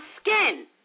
skin